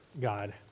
God